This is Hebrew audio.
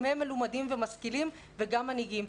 גם הם מלומדים ומשכילים וגם מנהיגים,